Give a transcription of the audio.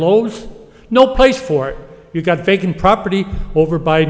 loads no place for it you got taken property over by